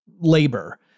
labor